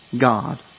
God